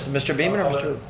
mr. beaman or mr.